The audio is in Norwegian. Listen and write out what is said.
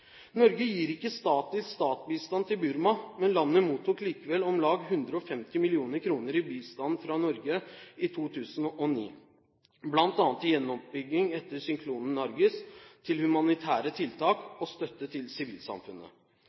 Norge gir ikke stat-til-stat-bistand til Burma, men landet mottok likevel om lag 150 mill. kr i bistand fra Norge i 2009, bl.a. til gjenoppbygging etter syklonen Nargis, til humanitære tiltak og støtte til sivilsamfunnet.